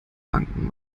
banken